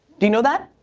do you know that?